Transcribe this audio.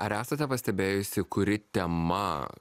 ar esate pastebėjusi kuri tema